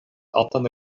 altan